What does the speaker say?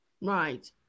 Right